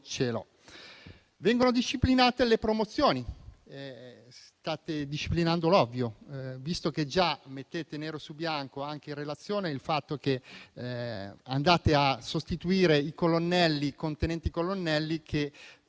Vengono disciplinate le promozioni: state disciplinando l'ovvio, visto che già mettete nero su bianco anche nella relazione il fatto che andate a sostituire i colonnelli con tenenti colonnelli, che